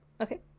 okay